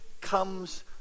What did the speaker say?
comes